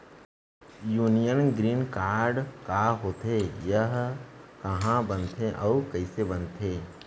Union green card का होथे, एहा कहाँ बनथे अऊ कइसे बनथे?